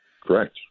Correct